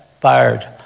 fired